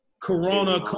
Corona